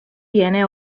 viene